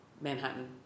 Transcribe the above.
Manhattan